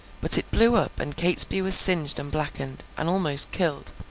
but it blew up, and catesby was singed and blackened, and almost killed,